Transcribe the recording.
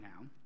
now